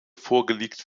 vorgelegt